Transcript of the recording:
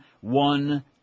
one